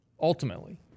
ultimately